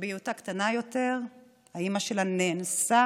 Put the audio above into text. שבהיותה קטנה יותר אימא שלה נאנסה